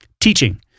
teaching